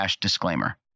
disclaimer